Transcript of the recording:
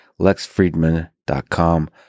LexFriedman.com